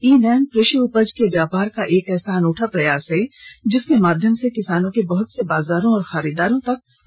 ई NAM कृषि उपज के व्यापार का एक ऐसा अनूठा प्रयास है जिसके माध्यम से किसानों की बहुत से बाजारों और खरीददारों तक पहुंच हो सकेगी